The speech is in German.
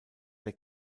der